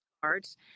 cards